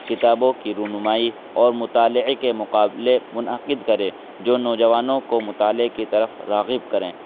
کتابوں کی رونمائی اور مطالعے کے مقابلے منعقد کریں جو نوجوانوں کو مطالعے کی طرف راغب کریں